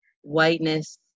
whiteness